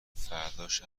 فرداش